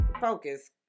focus